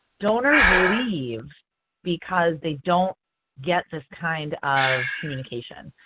donors leave because they don't get this kind of communication.